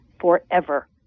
forever